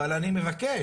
אבל אני מבקש